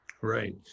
Right